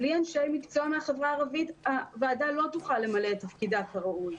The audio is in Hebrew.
בלי אנשי מקצוע מהחברה הערבית הוועדה לא תוכל למלא את תפקידה כראוי.